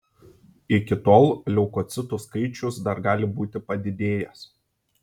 iki tol leukocitų skaičius dar gali būti padidėjęs